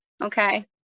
Okay